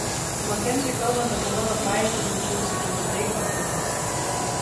makenziui kalbant apie mano praeitį jaučiausi keistai apdujęs